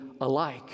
alike